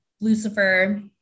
Lucifer